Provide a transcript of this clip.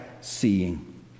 seeing